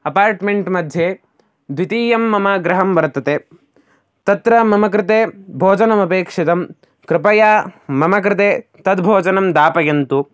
apartment मध्ये द्वितीयं मम गृहं वर्तते तत्र मम कृते भोजनमपेक्षितं कृपया मम कृते तद्भोजनं दापयन्तु